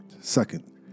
Second